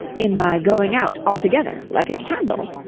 in my going out altogether, like a candle.